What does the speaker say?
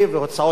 אז הוא יימנע.